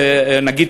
נגיד,